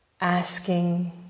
asking